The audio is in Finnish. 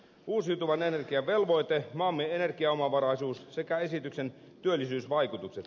uusiutuvan energian velvoite maamme energiaomavaraisuus sekä esityksen työllisyysvaikutukset